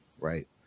right